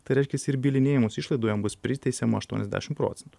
tai reiškiasi ir bylinėjimosi išlaidų jam bus priteisiama aštuoniasdešim procentų